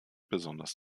besonders